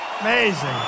Amazing